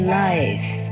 life